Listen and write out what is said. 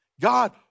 God